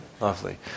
Lovely